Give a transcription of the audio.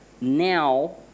now